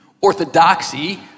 Orthodoxy